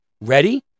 Ready